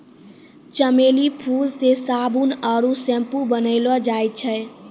चमेली फूल से साबुन आरु सैम्पू बनैलो जाय छै